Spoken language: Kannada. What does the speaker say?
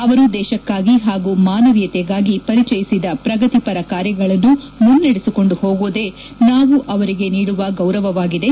ಅವರು ದೇಶಕ್ಕಾಗಿ ಹಾಗೂ ಮಾನವೀಯತೆಗಾಗಿ ಪರಿಚಯಿಸಿದ ಪ್ರಗತಿಪರ ಕಾರ್ಯಗಳನ್ನು ಮುನ್ನಡೆಸಿಕೊಂಡು ಹೋಗುವುದೇ ಅವರಿಗೆ ನಾವು ನೀಡುವ ಗೌರವವಾಗಿದೆ